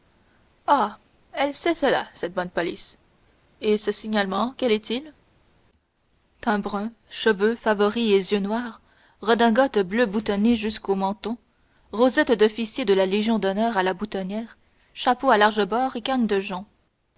elle sait cela cette bonne police et ce signalement quel est-il teint brun cheveux favoris et yeux noirs redingote bleue boutonnée jusqu'au menton rosette d'officier de la légion d'honneur à la boutonnière chapeau à larges bords et canne de jonc